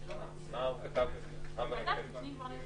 הוועדה דנה בדברים